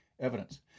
Evidence